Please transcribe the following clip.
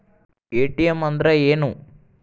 ATM ಅಂದ್ರ ಏನು?